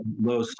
low